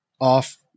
off